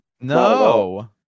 No